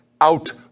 out